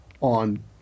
on